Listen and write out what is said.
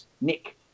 Nick